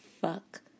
fuck